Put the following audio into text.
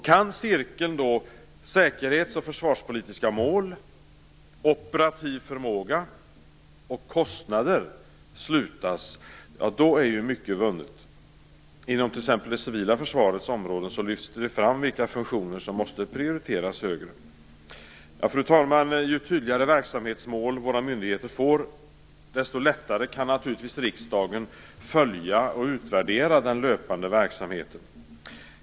Kan cirkeln säkerhets och försvarspolitiska mål, operativ förmåga och kostnader slutas är mycket vunnet. Inom t.ex. det civila försvarets områden lyfts det fram vilka funktioner som måste prioriteras högre. Fru talman! Ju tydligare verksamhetsmål våra myndigheter får, desto lättare kan naturligtvis riksdagen följa och utvärdera den löpande verksamheten.